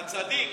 בבקשה.